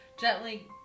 gently